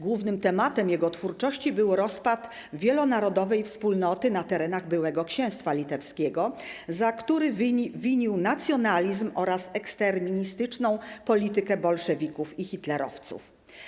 Głównym tematem jego twórczości był rozpad wielonarodowej wspólnoty na terenach byłego Księstwa Litewskiego, za który winił nacjonalizm oraz ekstremistyczną politykę bolszewików i hitlerowców.